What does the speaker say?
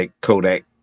Kodak